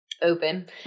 open